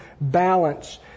balance